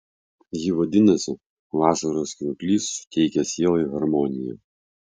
ji vadinasi vasaros krioklys suteikia sielai harmoniją